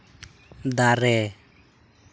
ᱫᱟᱨᱮ